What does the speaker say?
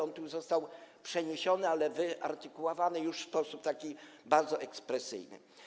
On tu został przeniesiony, ale wyartykułowany w sposób bardzo ekspresyjny.